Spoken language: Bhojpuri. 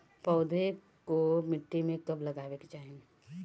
पौधे को मिट्टी में कब लगावे के चाही?